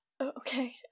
okay